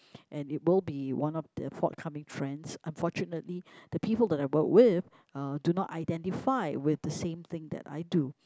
and it will be one of the forthcoming trends unfortunately the people that I work with uh do not identify with the same thing that I do